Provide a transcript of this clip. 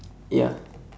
ya